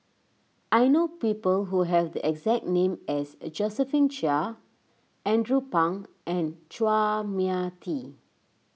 I know people who have the exact name as a Josephine Chia Andrew Phang and Chua Mia Tee